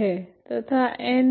है तथा n012